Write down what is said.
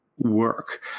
work